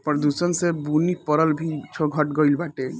प्रदूषण से बुनी परल भी घट गइल बाटे